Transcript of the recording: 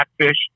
catfish